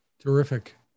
Terrific